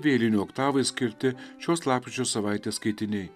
vėlinių oktavai skirti šios lapkričio savaitės skaitiniai